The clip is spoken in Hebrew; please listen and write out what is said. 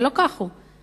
ולא כך הוא.